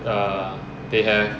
err they have